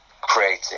creating